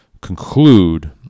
conclude